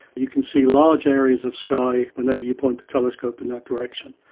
you can see large areas of sky whenever you point the telescope in that direction.